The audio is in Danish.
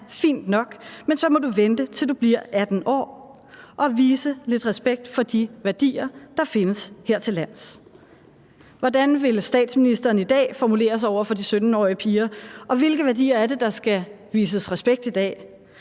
Fint nok, men så må du vente, til du bliver 18 år ... og vise lidt respekt for de værdier, der findes hertillands«. Hvordan vil statsministeren i dag formulere sig over for de 17-årige piger? Hvilke værdier er det, der skal vises respekt for i dag?